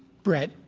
bret,